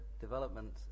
development